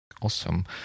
Awesome